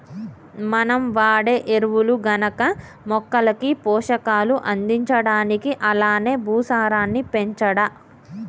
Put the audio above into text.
మనం వాడే ఎరువులు గనక మొక్కలకి పోషకాలు అందించడానికి అలానే భూసారాన్ని పెంచడా